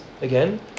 Again